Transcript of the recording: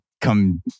come